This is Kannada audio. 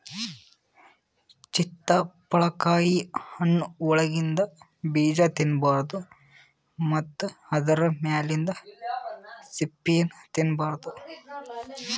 ಚಿತ್ತಪಳಕಾಯಿ ಹಣ್ಣ್ ಒಳಗಿಂದ ಬೀಜಾ ತಿನ್ನಬಾರ್ದು ಮತ್ತ್ ಆದ್ರ ಮ್ಯಾಲಿಂದ್ ಸಿಪ್ಪಿನೂ ತಿನ್ನಬಾರ್ದು